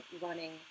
running